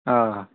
آ